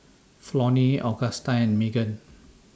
Flonnie Augusta and Maegan